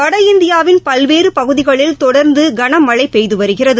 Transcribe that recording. வடஇந்தியாவின் பல்வேறு பகுதிகளில் தொடர்ந்து கனமழை பெய்து வருகிறது